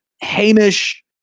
Hamish